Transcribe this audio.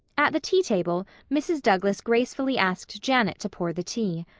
at the tea table mrs. douglas gracefully asked janet to pour the tea.